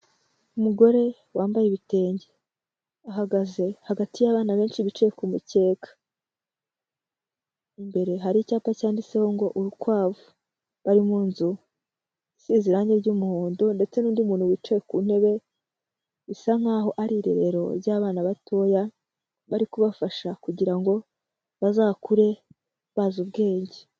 Umugore wambaye ibitenge, ahagaze hagati y'abana benshi bicaye ku mukeka, imbere hari icyapa cyanditseho ngo urukwavu. Bari mu nzu isize irangi ry'umuhondo ndetse n'undi muntu wicaye ku ntebe, bisa nkaho ari irerero ry'abana batoya, bari kubafasha kugira ngo bazakure bazi ubwenge.